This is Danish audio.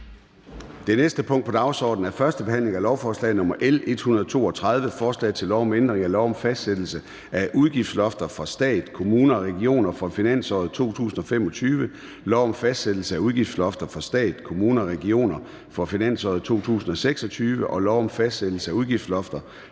Det næste punkt på dagsordenen er: 8) 1. behandling af lovforslag nr. L 132: Forslag til lov om ændring af lov om fastsættelse af udgiftslofter for stat, kommuner og regioner for finansåret 2025, lov om fastsættelse af udgiftslofter for stat, kommuner og regioner for finansåret 2026 og lov om fastsættelse af udgiftslofter for stat,